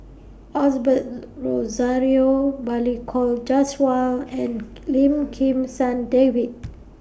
Osbert Rozario Balli Kaur Jaswal and Lim Kim San David